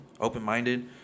open-minded